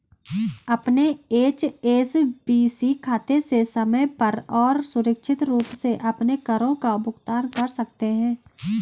अपने एच.एस.बी.सी खाते से समय पर और सुरक्षित रूप से अपने करों का भुगतान कर सकते हैं